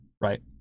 Right